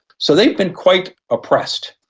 so they've been quite oppressed.